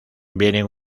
vienen